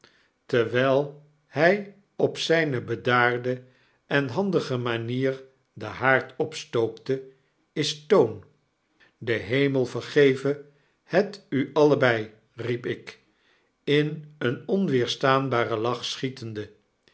terwyl hi op zyne bedaarde en handige manier den haard opstookte is toon de hemel vergeve het u allebeil riep ik in een onweerstaanbaren lach schietende